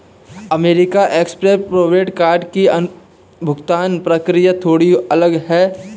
American Express prepaid card की भुगतान प्रक्रिया थोड़ी अलग है